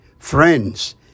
friends